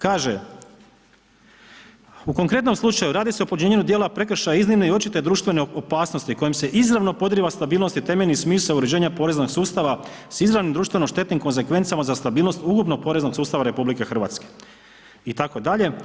Kaže, u konkretnom slučaju radi se o počinjenju dijela prekršaja iznimne i očite društvene opasnosti kojom se izravno podrijeva stabilnost i temeljni smisao uređenja poreznog sustava s izravno društveno štetnim konzekvencama za stabilnost ukupnog poreznog sustava RH itd.